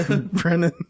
Brennan